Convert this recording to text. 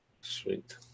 Sweet